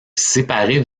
séparé